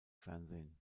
fernsehen